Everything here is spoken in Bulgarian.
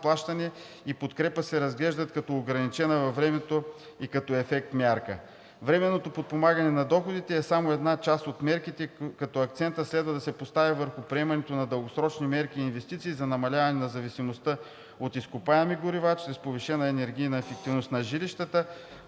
плащания и подкрепа се разглеждат като ограничена във времето и като ефект мярка. Временното подпомагане на доходите е само една част от мерките, като акцентът следва да се постави върху приемането на дългосрочни мерки и инвестиции за намаляване на зависимостта от изкопаеми горива чрез повишена енергийна ефективност на жилищата...